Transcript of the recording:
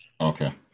Okay